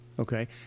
Okay